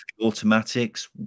automatics